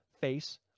face